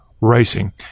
racing